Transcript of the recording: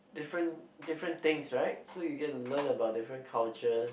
different different thing right so you gonna to learn about different cultures